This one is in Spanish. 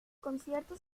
concierto